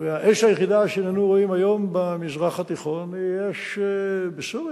האש היחידה שעינינו רואות היום במזרח התיכון היא אש בסוריה,